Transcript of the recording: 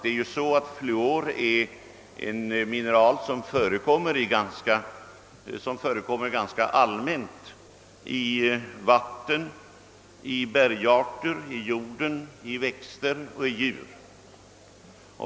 Fluor är ett mineral som förekommer ganska allmänt i vatten, i bergarter, i jord, i växter och djur.